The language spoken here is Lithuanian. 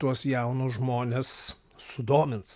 tuos jaunus žmones sudomins